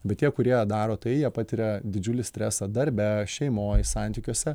bet tie kurie daro tai jie patiria didžiulį stresą darbe šeimoj santykiuose